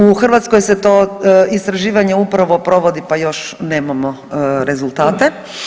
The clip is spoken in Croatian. U Hrvatskoj se to istraživanje upravo provodi, pa još nemamo rezultate.